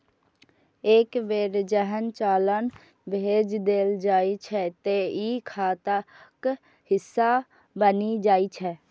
एक बेर जहन चालान भेज देल जाइ छै, ते ई खाताक हिस्सा बनि जाइ छै